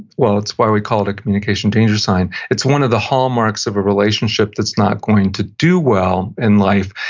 well, it's why we call it a communication danger sign it's one of the hallmarks of a relationship that's not going to do well in life,